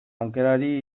aukerari